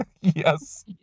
yes